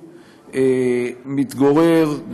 מתגורר,